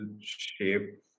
shape